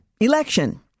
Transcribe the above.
election